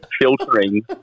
filtering